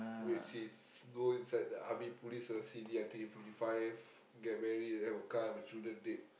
which is go inside the army police or C_D until you fifty five get married and have a car have a children date